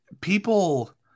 people